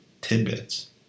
tidbits